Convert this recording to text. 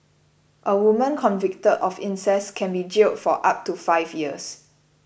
a woman convicted of incest can be jailed for up to five years